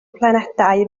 planedau